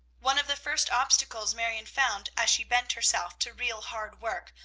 one of the first obstacles marion found as she bent herself to real hard work,